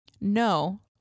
No